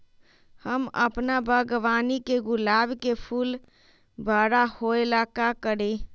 हम अपना बागवानी के गुलाब के फूल बारा होय ला का करी?